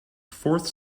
fourth